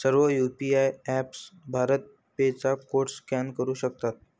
सर्व UPI apps Bharat Pe चा code scan करू शकतात